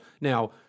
Now